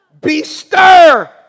Bestir